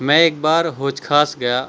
میں ایک بار حوض خاص گیا